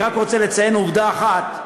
אני רק רוצה לציין עובדה אחת: